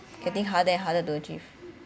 getting harder and harder to achieve